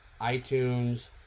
iTunes